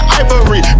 ivory